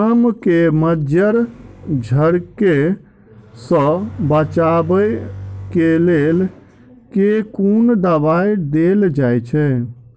आम केँ मंजर झरके सऽ बचाब केँ लेल केँ कुन दवाई देल जाएँ छैय?